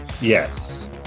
Yes